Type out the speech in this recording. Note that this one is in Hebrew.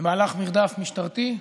במהלך מרדף משטרתי.